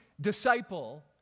disciple